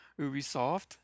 Ubisoft